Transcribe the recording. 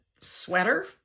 sweater